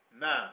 now